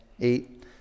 eight